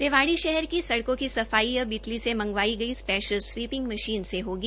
रेवाड़ी शहर की सडकों की सफाई अब इटली से मंगवाई गई स्पेशल स्वीपिंग मशीन से होगी